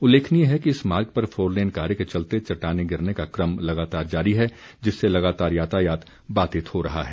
उल्लेखनीय है कि इस मार्ग पर फोरलेन कार्य के चलते चटटाने गिरने का क्रम लगातार जारी है जिससे लगातार यातायात बाधित हो रहा है